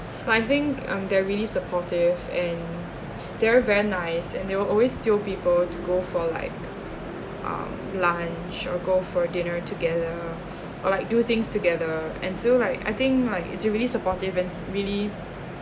I think um they're really supportive and they're very nice and they will always jio people to go for like ah lunch or go for dinner together like do things together and so like I think like it's really supportive and really